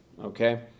okay